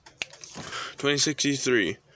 2063